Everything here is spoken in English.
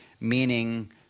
meaning